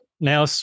now